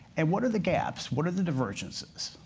and what are the gaps? what are the divergences?